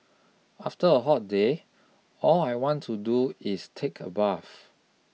after a hot day all I want to do is take a bath